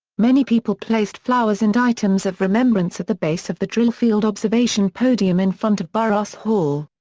many people placed flowers and items of remembrance at the base of the drillfield observation podium in front of burruss hall.